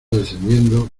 descendiendo